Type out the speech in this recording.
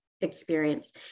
experience